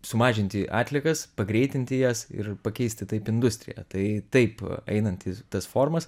sumažinti atliekas pagreitinti jas ir pakeisti taip industriją tai taip einant į tas formas